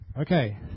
Okay